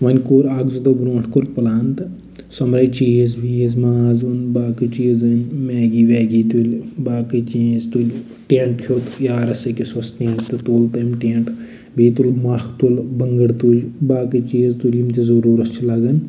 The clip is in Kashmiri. وۅنۍ کوٚر اکھ زٕ دۄہ برٛونٛٹھ کوٚر پُلان تہٕ سوٚمبرٲے چیٖز ویٖز ماز اوٚن باقٕے چیٖز أنۍ میگی ویگی تُلۍ باقٕے چیٖز تُلۍ ٹیٚنٛٹ ہیوٚت یارَس أکِس اوس ٹیٚنٛٹ سُہ تُلۍ تٔمۍ ٹیٚنٛٹ بیٚیہِ تُل مکھ تُل بٔنٛگٕڑ تُج باقٕے چیٖز تُلۍ یِم تہِ ضروٗرت چھِ لگان